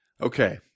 Okay